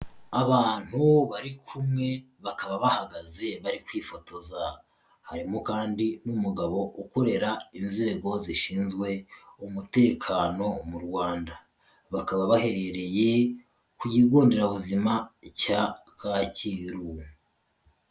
Abantu bari kumwe bakaba bahagaze bari kwifotoza. Harimo kandi n'umugabo ukorera inzego zishinzwe umutekano mu Rwanda. Bakaba baherereye ku kigo nderabuzima cya Kacyiru.